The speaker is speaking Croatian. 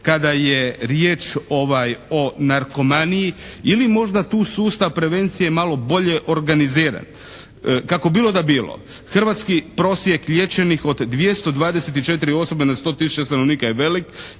kada je riječ o narkomaniji ili možda tu sustav prevencije malo bolje organiziran? Kako bilo da bilo, hrvatski prosjek liječenih od 224 osobe na 100 tisuća stanovnika je veliki.